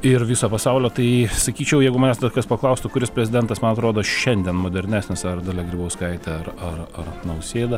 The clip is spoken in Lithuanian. ir viso pasaulio tai sakyčiau jeigu manęs to kas paklaustų kuris prezidentas man atrodo šiandien modernesnis ar dalia grybauskaitė ar ar ar nausėda